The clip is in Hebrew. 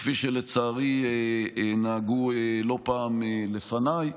כפי שלצערי נהגו לא פעם לפניי.